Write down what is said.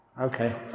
Okay